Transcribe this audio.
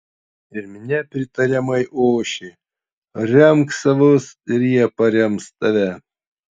ir minia pritariamai ošė remk savus ir jie parems tave